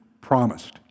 promised